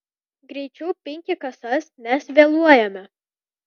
greičiau pinki kasas nes vėluojame